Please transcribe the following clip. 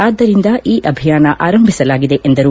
ಆದ್ದರಿಂದ ಈ ಅಭಿಯಾನ ಆರಂಭಿಸಲಾಗಿದೆ ಎಂದರು